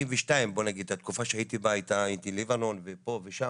ומ-82' בואו נגיד התקופה שהייתי בה היה את לבנון ופה ושם,